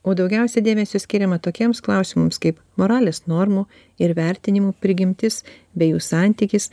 o daugiausia dėmesio skiriama tokiems klausimams kaip moralės normų ir vertinimų prigimtis bei jų santykis